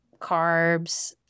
carbs